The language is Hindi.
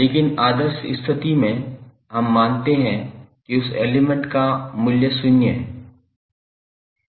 लेकिन आदर्श स्थिति में हम मानते हैं कि उस एलिमेंट का मूल्य शून्य है